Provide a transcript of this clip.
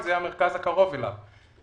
זה המרכז הקרוב אליו.